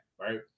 right